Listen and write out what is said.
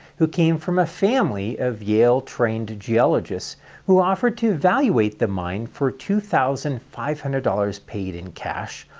who came from a family of yale trained geologists who offered to evaluate the mine for two thousand five hundred dollars paid in cash,